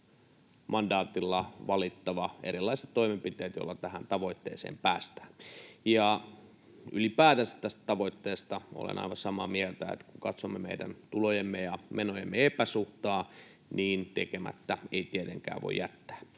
mandaatilla valittava erilaiset toimenpiteet, joilla tähän tavoitteeseen päästään. Ylipäätänsä tästä tavoitteesta olen aivan samaa mieltä, että kun katsomme meidän tulojemme ja menojemme epäsuhtaa, niin tekemättä ei tietenkään voi jättää.